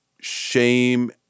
shame